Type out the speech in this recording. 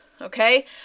Okay